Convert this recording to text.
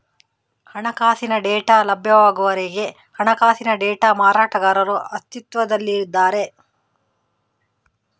ಹಣಕಾಸಿನ ಡೇಟಾ ಲಭ್ಯವಾಗುವವರೆಗೆ ಹಣಕಾಸಿನ ಡೇಟಾ ಮಾರಾಟಗಾರರು ಅಸ್ತಿತ್ವದಲ್ಲಿದ್ದಾರೆ